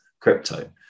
crypto